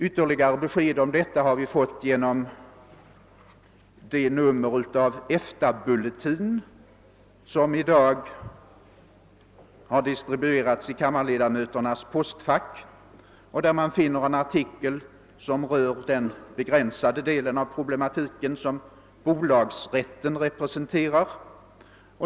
Ytterligare besked om detta har vi fått genom det nummer av EFTA bulletinen som i dag har distribuerats i kammarledamöternas postfack och där man finner en artikel som rör den begränsade del av problematiken som bolagsrätten representerar.